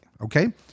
Okay